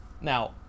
Now